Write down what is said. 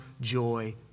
joy